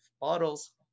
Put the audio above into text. bottles